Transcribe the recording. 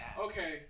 Okay